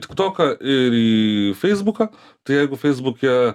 tik toką ir į feisbuką tai jeigu feisbuke